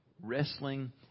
wrestling